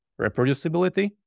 reproducibility